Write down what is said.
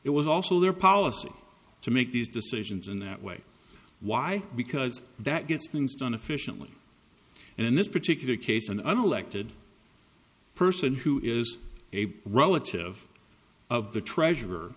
it was also their policy to make these decisions in that way why because that gets things done efficiently and in this particular case an unelected person who is a relative of the treasurer